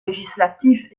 législatif